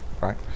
right